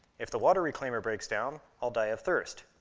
if the water reclaimer breaks down, i'll die of thirst.